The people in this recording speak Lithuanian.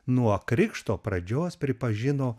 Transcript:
nuo krikšto pradžios pripažino